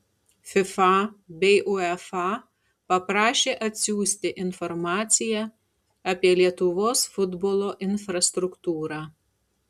fifa bei uefa paprašė atsiųsti informaciją apie lietuvos futbolo infrastruktūrą